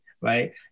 right